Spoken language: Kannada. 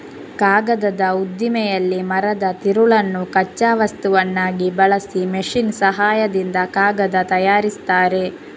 ಕಾಗದದ ಉದ್ದಿಮೆಯಲ್ಲಿ ಮರದ ತಿರುಳನ್ನು ಕಚ್ಚಾ ವಸ್ತುವನ್ನಾಗಿ ಬಳಸಿ ಮೆಷಿನ್ ಸಹಾಯದಿಂದ ಕಾಗದ ತಯಾರಿಸ್ತಾರೆ